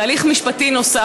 הליך משפטי נוסף,